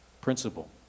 principle